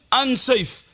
unsafe